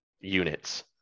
units